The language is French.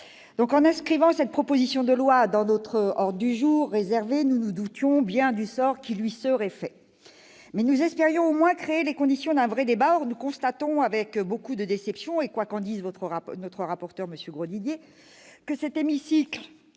-, en inscrivant cette proposition de loi au sein de l'ordre du jour réservé à notre groupe, nous nous doutions bien du sort qui lui serait fait. Nous espérions au moins créer les conditions d'un vrai débat. Or nous constatons avec beaucoup de déception, quoi qu'en dise notre rapport, M. Grosdidier, que cet hémicycle